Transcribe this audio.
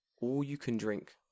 all-you-can-drink